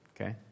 Okay